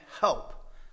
help